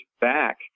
back